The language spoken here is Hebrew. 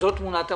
זו תמונת המצב.